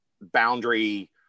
boundary